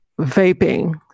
vaping